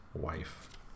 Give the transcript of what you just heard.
wife